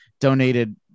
donated